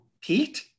Pete